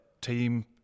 team